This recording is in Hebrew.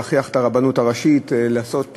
להכריח את הרבנות הראשית לעשות דברים,